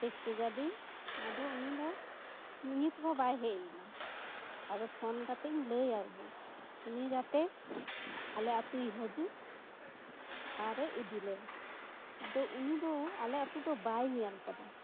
taxi ᱜᱟᱹᱰᱤ ᱟᱫᱚ ᱩᱱᱤ ᱫᱚ ᱱᱤᱛ ᱦᱚᱸ ᱵᱟᱭ ᱦᱮᱡ ᱞᱮᱱᱟ ᱟᱫᱚ ᱯᱷᱳᱱ ᱠᱟᱛᱮᱫ ᱤᱧ ᱞᱟᱹᱭ ᱟᱭ ᱜᱮ ᱩᱱᱤ ᱡᱟᱛᱮ ᱟᱞᱮ ᱟᱛᱳᱭ ᱦᱤᱡᱩᱜ ᱟᱨᱮ ᱤᱫᱤᱞᱮ ᱟᱫᱚ ᱩᱱᱤ ᱫᱚ ᱟᱞᱮ ᱟᱛᱳ ᱫᱚ ᱵᱟᱭ ᱧᱮᱞ ᱟᱠᱟᱫᱟ